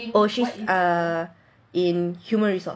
oh she is uh in human resource